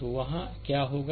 तो वहाँ क्या होगा